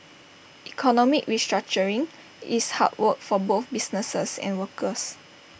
economic restructuring is hard work for both businesses and workers